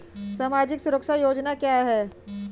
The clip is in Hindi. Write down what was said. सामाजिक सुरक्षा योजना क्या है?